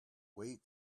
wait